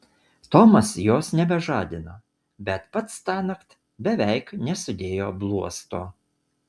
tomas jos nebežadino bet pats tąnakt beveik nesudėjo bluosto